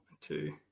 two